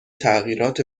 تغییرات